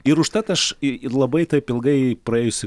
ir užtat aš ir labai taip ilgai praėjusį